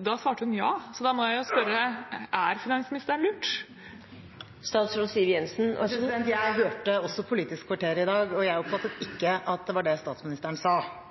Da svarte hun ja. Da må jeg jo spørre: Er finansministeren lurt? Jeg hørte også Politisk kvarter i dag, og jeg oppfattet ikke at det var det statsministeren sa